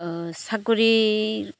চাকৰি